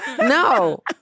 No